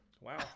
Wow